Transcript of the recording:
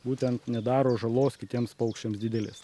būtent nedaro žalos kitiems paukščiams didelės